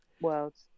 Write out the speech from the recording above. worlds